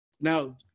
now